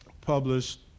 published